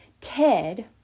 Ted